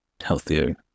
Healthier